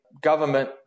government